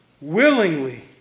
willingly